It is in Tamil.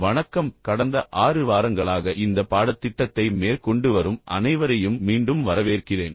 வணக்கம் கடந்த 6 வாரங்களாக இந்த பாடத்திட்டத்தை மேற்கொண்டு வரும் அனைவரையும் மீண்டும் வரவேற்கிறேன்